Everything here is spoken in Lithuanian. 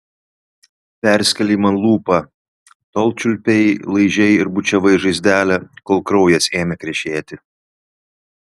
perskėlei man lūpą tol čiulpei laižei ir bučiavai žaizdelę kol kraujas ėmė krešėti